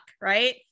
right